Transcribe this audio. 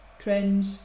Cringe